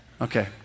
Okay